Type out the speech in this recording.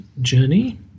journey